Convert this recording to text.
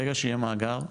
ברגע שיהיה מאגר,